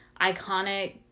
iconic